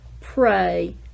pray